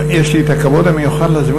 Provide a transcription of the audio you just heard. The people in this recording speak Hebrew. נא לשבת, נא לשבת.